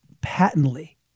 patently